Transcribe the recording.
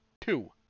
Two